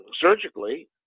surgically